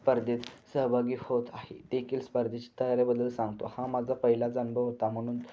स्पर्धेत सहभागी होत आहे देखील स्पर्धेची तयाऱ्याबद्दल सांगतो हा माझा पहिलाचा अनुभव होता म्हणून